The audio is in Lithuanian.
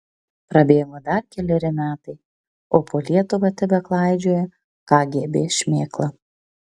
prabėgo dar keleri metai o po lietuvą tebeklaidžioja kgb šmėkla